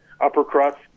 upper-crust